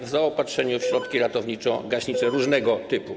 Chodzi o zaopatrzenie w środki ratowniczo-gaśnicze różnego typu.